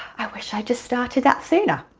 i wish i'd just started that sooner,